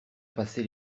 passé